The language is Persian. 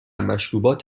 مشروبات